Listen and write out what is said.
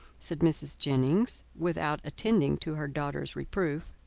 said mrs. jennings, without attending to her daughter's reproof.